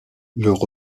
leur